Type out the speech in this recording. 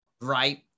right